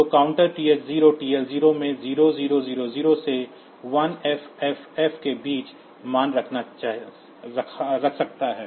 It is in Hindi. तो काउंटर TH0 TL1 में 0000 से 1FFF के बीच मान रख सकता है